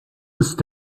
ist